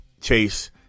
Chase